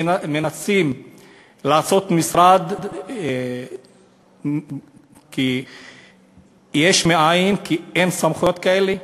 מנסים לעשות משרד יש מאין, כי אין סמכויות כאלה.